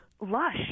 Lush